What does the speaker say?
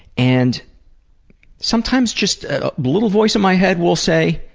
and sometimes just a little voice in my head will say,